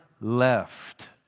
left